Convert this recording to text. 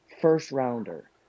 first-rounder